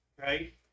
Right